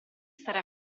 stare